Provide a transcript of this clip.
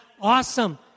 awesome